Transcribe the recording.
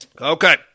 Okay